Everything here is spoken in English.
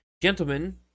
Gentlemen